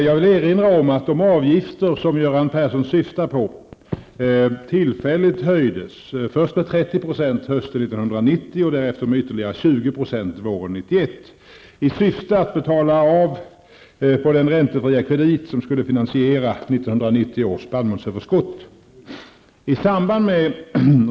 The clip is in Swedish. Jag vill erinra om att de avgifter som Göran Persson syftar på tillfälligt höjdes, först med 30 % hösten 1990 och därefter med ytterligare 20 % våren 1991, i syfte att betala av på den räntefria kredit som skulle finansiera 1990 års spannmålsöverskott.